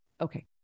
Okay